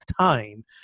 time